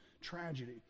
tragedy